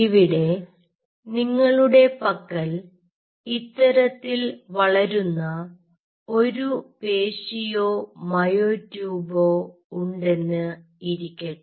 ഇവിടെ നിങ്ങളുടെ പക്കൽ ഇത്തരത്തിൽ വളരുന്ന ഒരു പേശിയോ മയോ ട്യൂബോ ഉണ്ടെന്ന് ഇരിക്കട്ടെ